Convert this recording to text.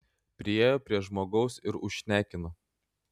priėjo prie žmogaus ir užšnekino